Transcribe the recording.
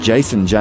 Jason